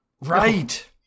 Right